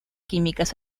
químicas